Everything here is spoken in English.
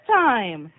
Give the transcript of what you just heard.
time